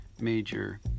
major